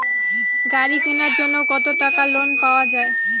গাড়ি কিনার জন্যে কতো টাকা লোন পাওয়া য়ায়?